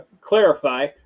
clarify